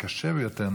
הקשה ביותר,